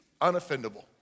unoffendable